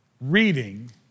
reading